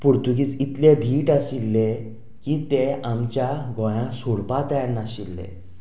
पोर्तुगीज इतले धीट आशिल्ले की ते आमच्या गोंया सोडपा तयार नाशिल्ले